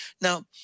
Now –